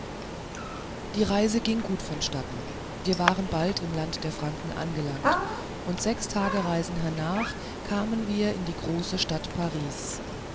die reise ging gut vonstatten wir waren bald im lande der franken angelangt und sechs tagreisen hernach kamen wir in die große stadt paris